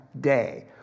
day